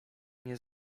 nie